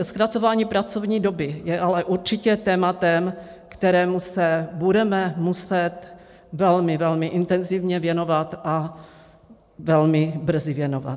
Zkracování pracovní doby je ale určitě tématem, kterému se budeme muset velmi intenzivně věnovat a velmi brzy věnovat.